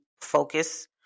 focus